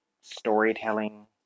storytelling